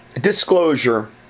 disclosure